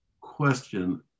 question